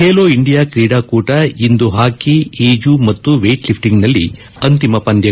Khelo India ಕ್ರೀಡಾಕೂಟ ಇಂದು hockey ಈಜು ಮತ್ತು ವೈಟ್ಲಿಫ್ಸಿಂಗ್ನಲ್ಲಿ ಅಂತಿಮ ಪಂದ್ಯಗಳು